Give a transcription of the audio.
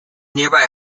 nearby